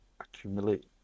accumulate